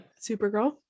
supergirl